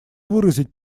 выразить